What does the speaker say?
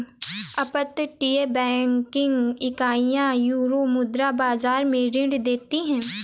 अपतटीय बैंकिंग इकाइयां यूरोमुद्रा बाजार में ऋण देती हैं